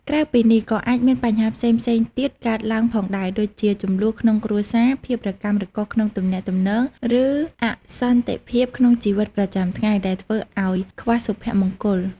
ក្រៅពីនេះ ក៏អាចមានបញ្ហាផ្សេងៗទៀតកើតឡើងផងដែរ ដូចជាជម្លោះក្នុងគ្រួសារ ភាពរកាំរកូសក្នុងទំនាក់ទំនង ឬអសន្តិភាពក្នុងជីវិតប្រចាំថ្ងៃ ដែលធ្វើឲ្យខ្វះសុភមង្គល។